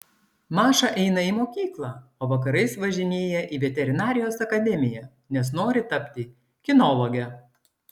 maša eina į mokyklą o vakarais važinėja į veterinarijos akademiją nes nori tapti kinologe